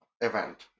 event